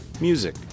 music